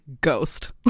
ghost